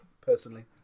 personally